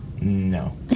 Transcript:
No